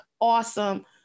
awesome